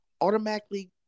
automatically